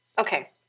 Okay